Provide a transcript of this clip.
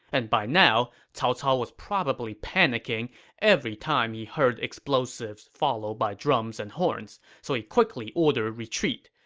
and by now, cao cao was probably panicking every time he heard explosives followed by drums and horns, so he quickly ordered retreat.